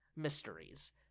Mysteries